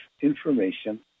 information